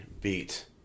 beat